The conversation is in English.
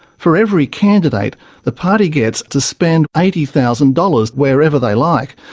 for every candidate the party gets to spend eighty thousand dollars wherever they like,